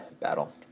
battle